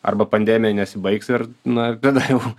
arba pandemija nesibaigs ir na tada jau